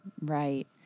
right